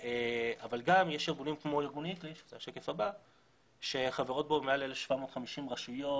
אבל גם יש ארגונים כמו ארגון --- שחברות בו מעל 1,750 רשויות,